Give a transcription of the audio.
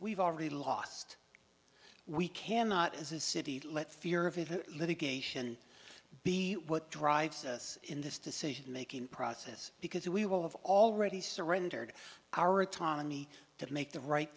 we've already lost we cannot as a city let fear of litigation be what drives us in this decision making process because we will have already surrendered our autonomy to make the right